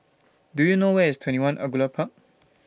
Do YOU know Where IS twenty one Angullia Park